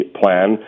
plan